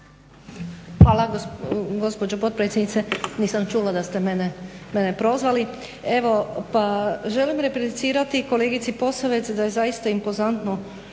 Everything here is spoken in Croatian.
Hvala gospođo potpredsjednice. Nisam čula da ste mene prozvali. Evo želim replicirati kolegici Posavec da je zaista impozantno